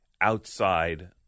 outside